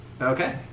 Okay